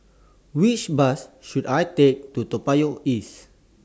Which Bus should I Take to Toa Payoh East